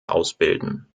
ausbilden